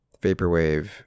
Vaporwave